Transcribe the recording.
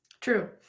True